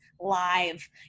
live